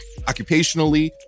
occupationally